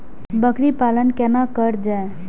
बकरी पालन केना कर जाय?